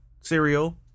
cereal